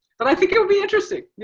but i think it'll be interesting, yeah